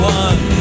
one